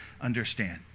understand